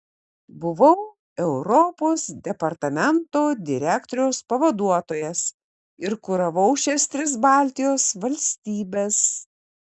buvau europos departamento direktoriaus pavaduotojas ir kuravau šias tris baltijos valstybes